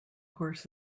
horse